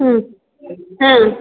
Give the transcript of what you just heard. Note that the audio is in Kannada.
ಹ್ಞೂ ಹಾಂ